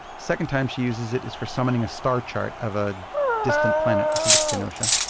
second time, she uses it is for summoning a star chart of a distant planet. i think it's kenosha.